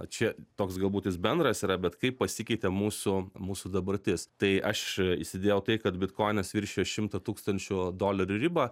čia toks galbūt jis bendras yra bet kaip pasikeitė mūsų mūsų dabartis tai aš įsidėjau tai kad bitkoinas viršijo šimto tūkstančių dolerių ribą